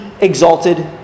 exalted